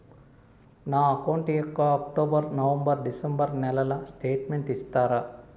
నా అకౌంట్ యొక్క October, November, December నెలల స్టేట్మెంట్ ఇస్తారా?